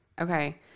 Okay